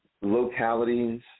Localities